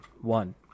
one